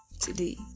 today